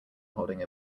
holding